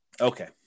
Okay